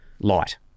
light